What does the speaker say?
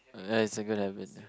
ya it's a good habit